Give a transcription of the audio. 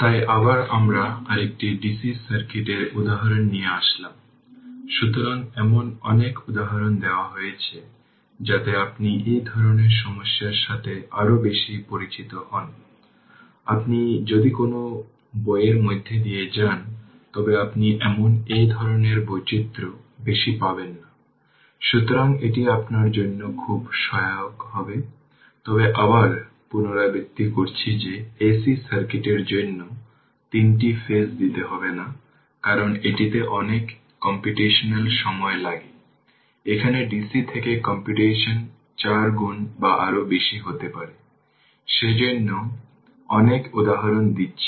first order circuit অবিরত সুতরাং পরবর্তী চিত্র 17 এ দেখানো সার্কিটে রয়েছে ইন্ডাক্টর L1 এবং L2 এ ইনিশিয়াল কারেন্টগুলি দেখানো এমন সোর্স দ্বারা এস্টাবলিশ হয়েছে